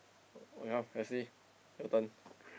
well Wesley your turn